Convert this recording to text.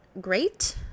great